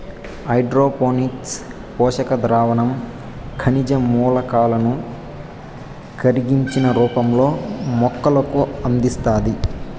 hydroponics పోషక ద్రావణం ఖనిజ మూలకాలను కరిగించిన రూపంలో మొక్కలకు అందిస్తాది